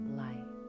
light